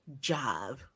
job